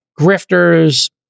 grifters